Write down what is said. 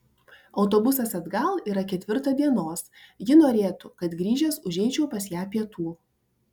autobusas atgal yra ketvirtą dienos ji norėtų kad grįžęs užeičiau pas ją pietų